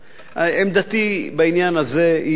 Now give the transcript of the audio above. עמדתי בעניין הזה ברורה: